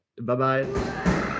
Bye-bye